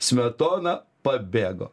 smetona pabėgo